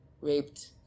raped